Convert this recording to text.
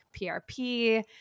PRP